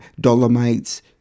dolomites